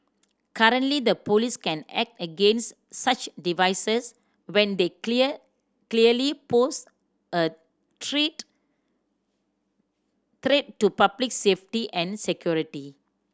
currently the police can act against such devices when they clear clearly pose a treat threat to public safety and security